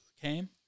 came